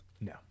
no